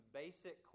basic